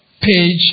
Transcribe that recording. page